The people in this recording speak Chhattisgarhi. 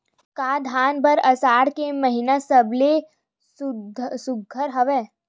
का धान बर आषाढ़ के महिना सबले सुघ्घर हवय?